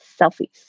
selfies